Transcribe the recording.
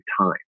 time